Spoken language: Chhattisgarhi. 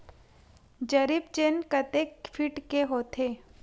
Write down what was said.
जरीब चेन कतेक फीट के होथे?